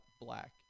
black